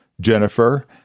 Jennifer